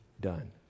done